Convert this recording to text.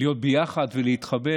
להיות ביחד ולהתחבר.